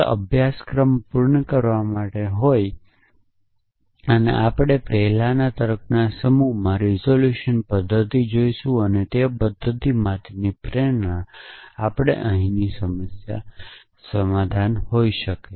ફક્ત અભ્યાસક્રમ પૂર્ણ કરવા માટે આપણે ફર્સ્ટ ઓર્ડર તર્કના સમૂહમાં રીઝોલ્યુશન પદ્ધતિ જોશું અને તે પદ્ધતિની ઉપયોગિતા દર્શાવવા માટે આપણું આ ઉદાહરણ લઈશું